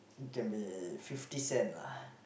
it can be Fifty-Cent lah